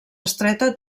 estreta